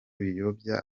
biyobya